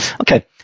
Okay